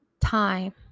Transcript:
time